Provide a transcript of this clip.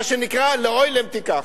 מה שנקרא "לעוילם תיקח".